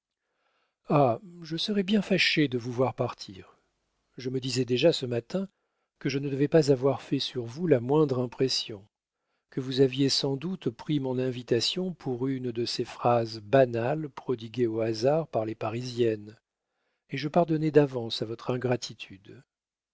ah je serais bien fâchée de vous voir partir je me disais déjà ce matin que je ne devais pas avoir fait sur vous la moindre impression que vous aviez sans doute pris mon invitation pour une de ces phrases banales prodiguées au hasard par les parisiennes et je pardonnais d'avance à votre ingratitude